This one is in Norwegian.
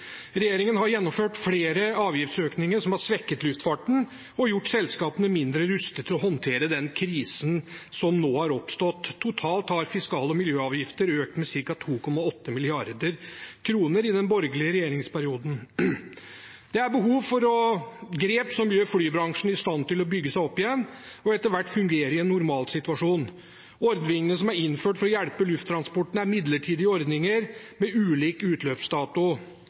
Regjeringen har gjennomført flere avgiftsøkninger som har svekket luftfarten og gjort selskapene mindre rustet til å håndtere den krisen som nå har oppstått. Totalt har fiskale miljøavgifter økt med ca. 2,8 mrd. kr i den borgerlige regjeringsperioden. Det er behov for grep som gjør flybransjen i stand til å bygge seg opp igjen og etter hvert fungere i en normal situasjon. Ordningene som er innført for å hjelpe lufttransporten, er midlertidige ordninger med ulik utløpsdato.